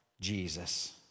Jesus